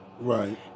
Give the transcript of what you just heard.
Right